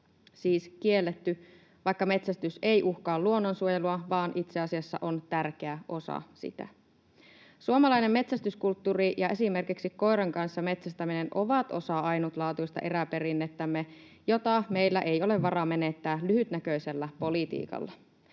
siis kielletty, vaikka metsästys ei uhkaa luonnonsuojelua vaan itse asiassa on tärkeä osa sitä. Suomalainen metsästyskulttuuri ja esimerkiksi koiran kanssa metsästäminen ovat osa ainutlaatuista eräperinnettämme, jota meillä ei ole varaa menettää lyhytnäköisellä politiikalla.